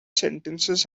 sentences